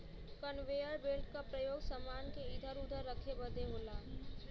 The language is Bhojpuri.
कन्वेयर बेल्ट क परयोग समान के इधर उधर रखे बदे होला